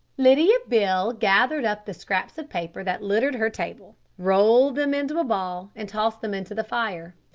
lydia beale gathered up the scraps of paper that littered her table, rolled them into a ball and tossed them into the fire.